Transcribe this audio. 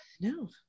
no